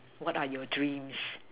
what are your dreams